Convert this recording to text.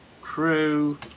crew